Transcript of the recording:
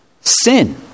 sin